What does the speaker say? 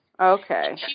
Okay